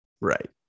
Right